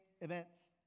events